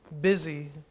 busy